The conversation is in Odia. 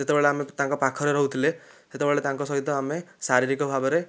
ଯେତେବେଳେ ଆମେ ତାଙ୍କ ପାଖରେ ରହୁଥିଲେ ସେତେବେଳେ ତାଙ୍କ ସହିତ ଆମେ ଶାରୀରିକ ଭାବରେ